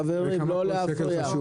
חברים, לא להפריע.